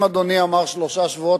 אם אדוני אמר שלושה שבועות,